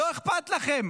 לא אכפת לכם.